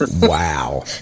Wow